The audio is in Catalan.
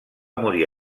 morir